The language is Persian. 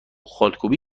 خالکوبی